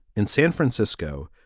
in san francisco.